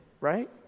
right